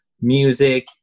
music